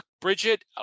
Bridget